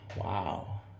Wow